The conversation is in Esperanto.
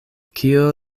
kio